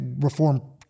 reform